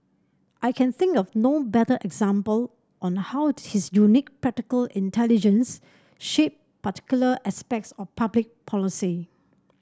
I can think of no better example on how his unique practical intelligence shaped particular aspects of public policy